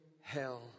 hell